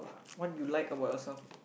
what you like about yourself